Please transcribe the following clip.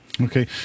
Okay